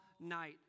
night